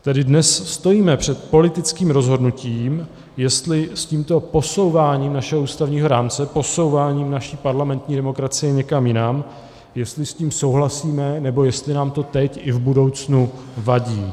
Tedy dnes stojíme před politickým rozhodnutím, jestli s tímto posouváním našeho ústavního rámce, posouváním naší parlamentní demokracie někam jinam, jestli s tím souhlasíme, nebo jestli nám to teď i v budoucnu vadí.